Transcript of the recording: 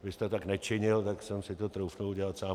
Vy jste tak nečinil, tak jsem si to troufl udělat sám.